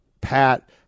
Pat